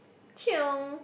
chiong